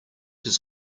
his